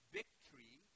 victory